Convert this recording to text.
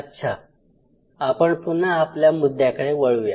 अच्छा आपण पुनः आपल्या मुद्द्याकडे वळूया